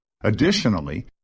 Additionally